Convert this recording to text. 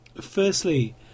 firstly